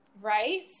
Right